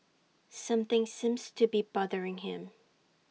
something seems to be bothering him